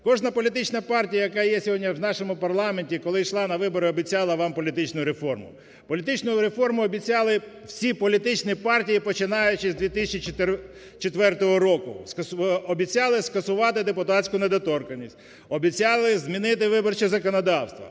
Кожна політична партія, яка є сьогодні в нашому парламенті, коли йшла на вибори, обіцяла вам політичну реформу, політичну реформу обіцяли всі політичні партії починаючи з 2004 року. Обіцяли скасувати депутатську недоторканість, обіцяли змінити виборче законодавство,